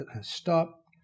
stop